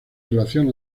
relación